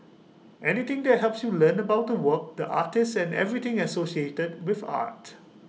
anything that helps you learn about the work the artist and everything associated with art